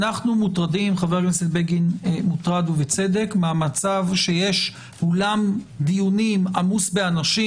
חבר הכנסת בגין מוטרד ובצדק מהמצב שיש אולם דיונים עמוס באנשים